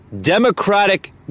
democratic